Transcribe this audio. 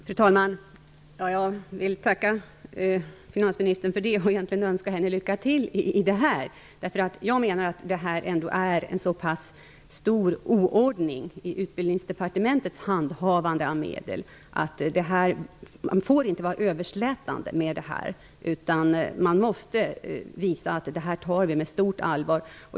Fru talman! Jag vill tacka finansministern för det och egentligen önska henne lycka till i det här avseendet. Jag menar att det är en så pass stor oordning i Utbildningsdepartementets handhavande av medel att man inte får vara överslätande. Man måste visa att vi tar detta på stort allvar.